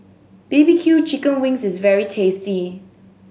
B B Q chicken wings is very tasty